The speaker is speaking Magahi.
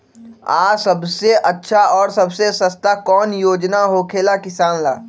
आ सबसे अच्छा और सबसे सस्ता कौन योजना होखेला किसान ला?